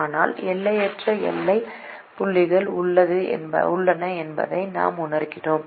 ஆனால் எல்லையற்ற எல்லை புள்ளிகள் உள்ளன என்பதையும் நாம் உணர்கிறோம்